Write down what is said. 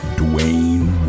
dwayne